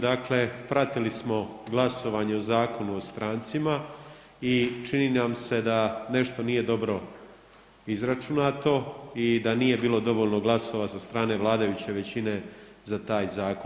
Dakle, pratili smo glasovanje o Zakonu o strancima i čini nam se da nešto nije dobro izračunato i da nije bilo dovoljno glasova sa strane vladajuće većine za taj zakon.